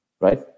right